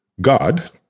God